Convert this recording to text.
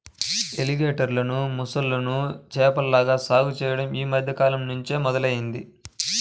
ఎలిగేటర్లు, మొసళ్ళను చేపల్లాగా సాగు చెయ్యడం యీ మద్దె కాలంనుంచే మొదలయ్యింది